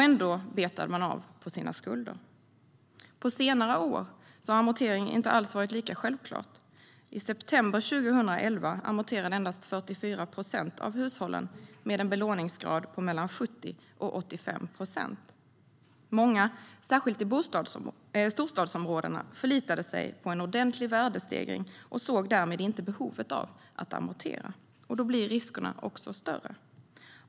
Ändå betade man av sina skulder. På senare år har amortering inte alls varit lika självklart. I september 2011 amorterade endast 44 procent av hushållen med en belåningsgrad på mellan 70 och 85 procent. Många, särskilt i storstadsområdena, förlitade sig på en ordentlig värdestegring och såg därmed inte behovet av att amortera. Då blir riskerna också större.